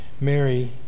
Mary